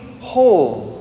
whole